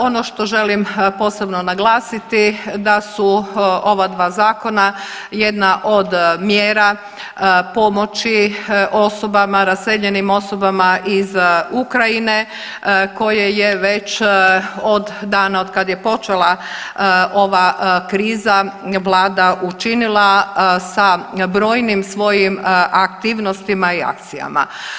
Ono što želim posebno naglasiti da su ova dva zakona jedna od mjera pomoći osobama, raseljenim osobama iz Ukrajine koje je već od dana od kada je počela ova kriza vlada učinila sa brojnim svojim aktivnostima i akcijama.